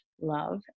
love